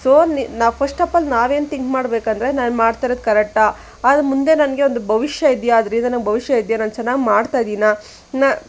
so ನಿ ನಾ first of all ನಾವೇನು ಥಿಂಕ್ ಮಾಡ್ಬೇಕಂದ್ರೆ ನಾನು ಮಾಡ್ತಾ ಇರೋದು ಕರೆಕ್ಟಾ ಅದರ ಮುಂದೆ ನನಗೆ ಒಂದು ಭವಿಷ್ಯ ಇದೆಯಾ ಅದರಿಂದ ನನ್ಗೆ ಭವಿಷ್ಯ ಇದೆಯಾ ನಾನು ಚೆನ್ನಾಗಿ ಮಾಡ್ತಾ ಇದ್ದೀನಾ ನಾ